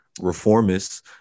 Reformists